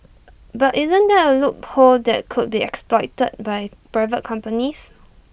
but isn't that A loophole that could be exploited by private companies